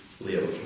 Leo